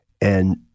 And-